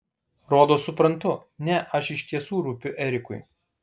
rodos suprantu ne aš iš tiesų rūpiu erikui